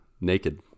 naked